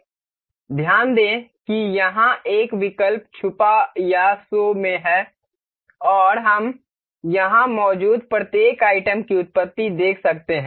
ध्यान दें कि यहां एक विकल्प छुपा या शो है और हम यहां मौजूद प्रत्येक आइटम की उत्पत्ति देख सकते हैं